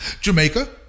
Jamaica